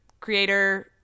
creator